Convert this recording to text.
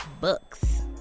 books